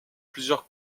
plusieurs